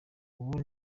ubu